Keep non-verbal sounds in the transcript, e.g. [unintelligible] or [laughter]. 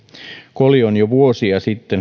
koli on jo vuosia sitten [unintelligible]